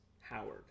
Howard